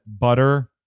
butter